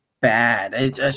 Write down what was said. bad